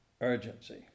urgency